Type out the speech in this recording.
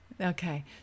Okay